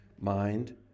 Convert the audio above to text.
mind